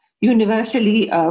universally